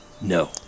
No